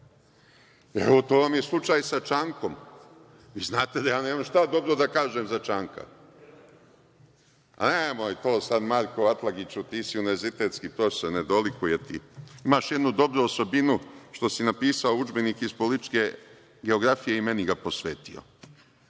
to vam je slučaj sa Čankom. Vi znate da ja nemam šta dobro da kažem za Čanka.(Marko Atlagić dobacuje.)Nemoj to sad Marko Atlagiću, ti si univerzitetski profesor, ne dolikuje ti. Imaš jednu dobru osobinu što si napisao Udžbenik iz političke geografije i meni ga posvetio.